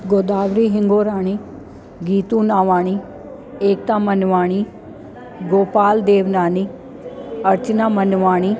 Godavari Hingorani Geetu Navani Ekta Manwani Gopal Devnani Archana Manwani